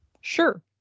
Sure